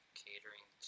catering